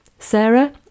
Sarah